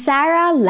Sarah